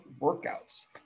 workouts